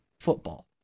football